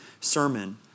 sermon